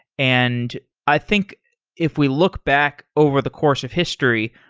and i think if we look back over the course of history,